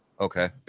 Okay